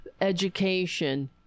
education